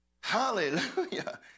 Hallelujah